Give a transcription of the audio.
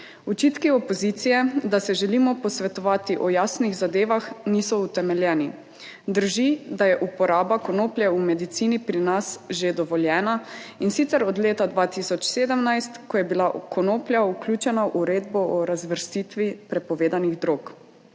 Očitki opozicije, da se želimo posvetovati o jasnih zadevah, niso utemeljeni. Drži, da je uporaba konoplje v medicini pri nas že dovoljena, in sicer od leta 2017, ko je bila konoplja vključena v uredbo o razvrstitvi prepovedanih drog.